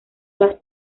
las